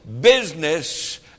business